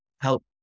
help